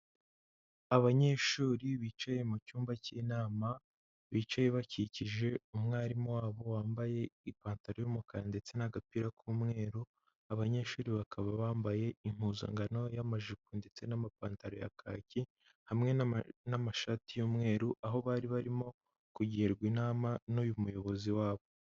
Abanyeshuri bicaye mucyumba cy'inama, bicaye bakikije umwarimu wabo wambaye ipantaro yumukara ndetse n'agapira k'umweru, abanyeshuri bakaba bambaye impuzankano y'amajipo ndetse n'amapantaro ya kaki hamwe n'amashati y'umweru aho bari barimo kugirwa inama n'uyu muyobozi wabo.